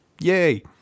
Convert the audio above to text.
yay